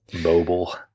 mobile